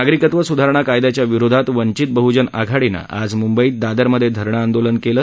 नागरिकत्व सुधारणा कायदयाच्या विरोधात वंचित बहजन आघाडीनं आज मुंबईत दादरमध्ये धरणं आंदोलन केलं